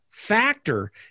factor